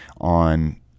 on